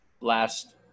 last